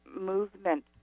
movement